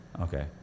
Okay